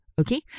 Okay